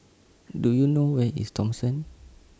Do YOU know Where IS Thomson